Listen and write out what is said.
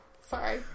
sorry